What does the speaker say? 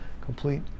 Complete